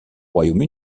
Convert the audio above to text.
royaume